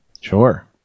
sure